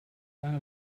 lange